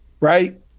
right